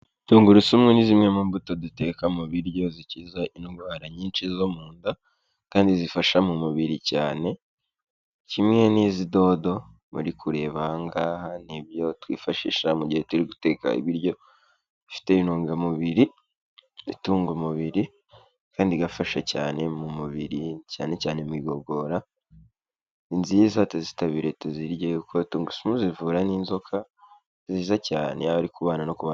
Tungurusumu ni zimwe mu mbuto duteka mu biryo zikiza indwara nyinshi zo mu nda kandi zifasha mu mubiri cyane kimwe n'izi dodo muri kureba aha ngaha ni ibyo twifashisha mu gihe turi guteka ibiryo bifite intungamubiri, ibitunga umubiri kandi igafasha cyane mu mubiri cyane cyane mu igogora, ni nziza tuzitabire tuzirye, tungurusumu zivura n'inzoka nziza cyane yaba ari ku bana no ku ba...